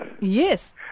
Yes